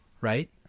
right